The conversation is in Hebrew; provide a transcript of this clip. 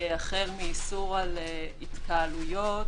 החל מאיסור על התקהלויות,